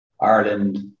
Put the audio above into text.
Ireland